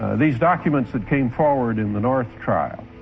these documents that came forward in the north trial.